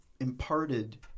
imparted